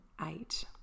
eight